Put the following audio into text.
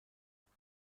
دروغ